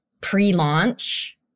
pre-launch